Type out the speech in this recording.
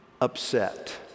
upset